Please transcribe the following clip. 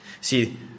See